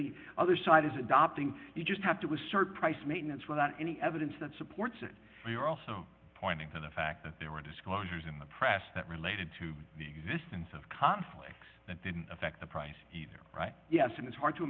the other side is adopting you just have to assert price maintenance without any evidence that supports it and you're also pointing to the fact that there were disclosures in the press that related to the existence of conflicts that didn't affect the price either yes and it's hard to